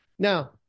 Now